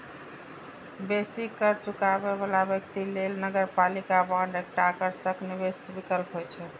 बेसी कर चुकाबै बला व्यक्ति लेल नगरपालिका बांड एकटा आकर्षक निवेश विकल्प होइ छै